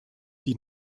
die